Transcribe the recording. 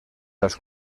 los